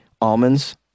almonds